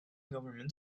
government